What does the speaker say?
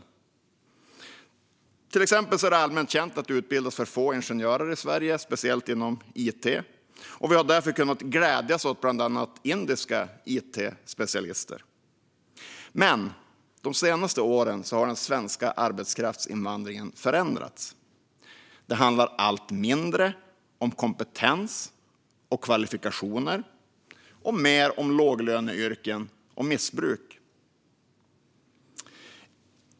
Det är till exempel allmänt känt att det utbildas för få ingenjörer i Sverige, speciellt inom it. Vi har därför kunnat glädjas åt bland annat indiska it-specialister. Men de senaste åren har den svenska arbetskraftsinvandringen förändrats. Det handlar allt mindre om kompetens och kvalifikationer och allt mer om låglöneyrken och missbruk.